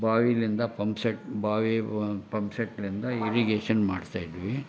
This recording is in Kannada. ಬಾವಿಯಿಂದ ಪಂಪ್ ಸೆಟ್ ಬಾವಿ ಪಂಪ್ ಸೆಟ್ನಿಂದ ಇರಿಗೇಷನ್ ಮಾಡ್ಸ್ತಾಯಿದ್ವಿ